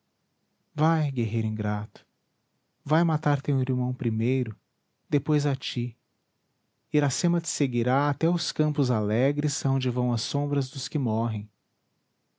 vai guerreiro ingrato vai matar teu irmão primeiro depois a ti iracema te seguirá até aos campos alegres aonde vão as sombras dos que morrem